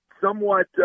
somewhat